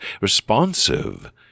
responsive